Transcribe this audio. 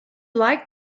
like